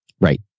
Right